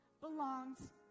belongs